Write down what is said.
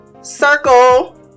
circle